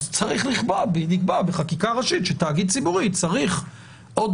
צריך לקבוע בחקיקה ראשית שתאגיד ציבורי צריך עוד